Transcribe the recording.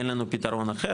אין לנו פתרון אחר,